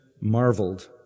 marveled